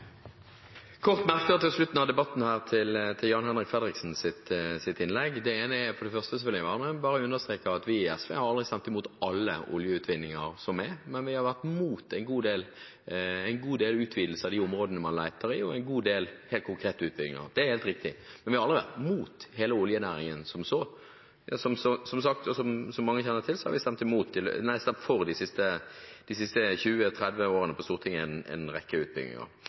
kort merknad til Jan-Henrik Fredriksens innlegg på slutten av debatten. For det første vil jeg bare understreke at vi i SV har ikke stemt mot alle oljeutvinninger som er, men vi har vært mot en god del utvidelser av de områdene man leter i, og en god del helt konkrete utbygginger – det er helt riktig. Men vi har aldri vært mot hele oljenæringen som sådan. Som mange kjenner til, har vi i de siste 20–30 årene på Stortinget stemt for en rekke utbygginger.